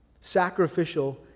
Sacrificial